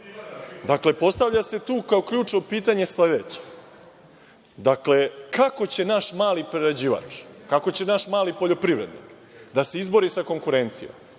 postavlja se tu kao ključno pitanje sledeće, dakle, kako će naš mali prerađivač, kako će naš mali poljoprivrednik da se izbori sa konkurencijom?